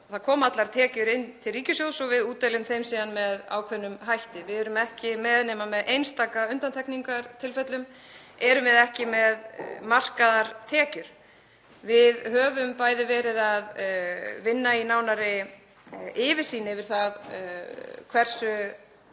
það koma allar tekjur inn til ríkissjóðs og við útdeilum þeim síðan með ákveðnum hætti. Við erum ekki með nema í einstaka undantekningartilfellum markaðar tekjur. Við höfum verið að vinna að nánari yfirsýn yfir það hversu